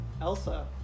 Elsa